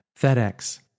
FedEx